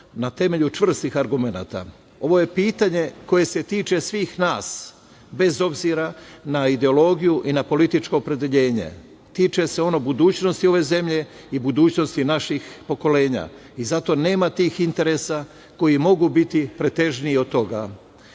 na temelju čvrstih argumenata. Ovo je pitanje koje se tiče svih, nas bez obzira na ideologiju i na političko opredeljenje. Tiče se ono budućnosti ove zemlje i budućnosti naših pokolenja i zato nema tih interesa koji mogu biti pretežniji od toga. Niko